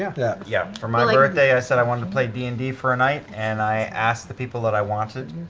yeah yeah, for my like birthday i said i wanted to play d and amp d for a night and i asked the people that i wanted,